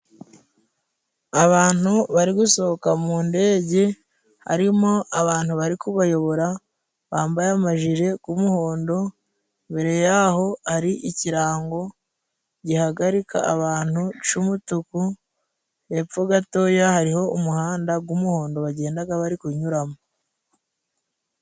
Abantu bari gusohoka mu ndege, harimo abantu bari kubayobora bambaye amajire g'umuhondo. Imbere yaho hari ikirango gihagarika abantu c'umutuku, hepfo gatoya hariho umuhanda g'umuhondo bagendaga bari kunyuramo.